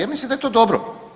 Ja mislim da je to dobro.